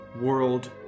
world